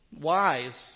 Wise